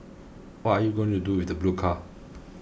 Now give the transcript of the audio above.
what are you going to do with the blue car